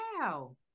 Wow